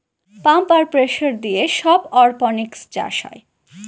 pump আর pressure দিয়ে সব অরপনিক্স চাষ হয়